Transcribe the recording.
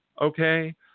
okay